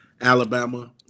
Alabama